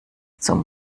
zum